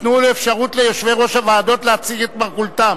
תיתנו אפשרות ליושבי-ראש הוועדות להציג את מרכולתם.